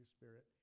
Spirit